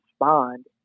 respond